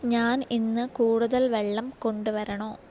ഞാൻ ഇന്ന് കൂടുതൽ വെള്ളം കൊണ്ട് വരണോ